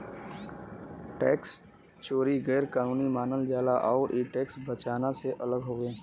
tax चोरी गैर कानूनी मानल जाला आउर इ टैक्स बचाना से अलग हउवे